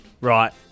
Right